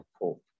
hope